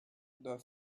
the